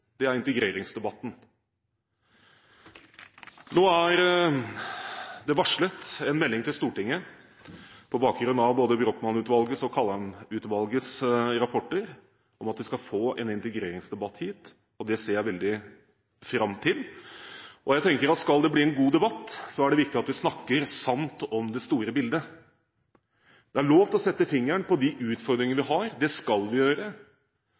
er integreringsdebatten. Nå er det varslet en melding til Stortinget på bakgrunn av både Brochmann-utvalget og Kaldheim-utvalgets rapporter, og at vi skal få en integreringsdebatt hit, ser jeg veldig fram til. Jeg tenker at skal det bli en god debatt, er det viktig at vi snakker sant om det store bildet. Det er lov til å sette fingeren på de utfordringene vi har – det skal vi gjøre